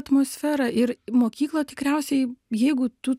atmosfera ir mokyklą tikriausiai jeigu tu